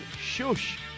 shush